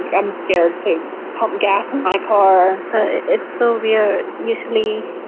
i'm scared to pump gas in my car it's so weird. usually,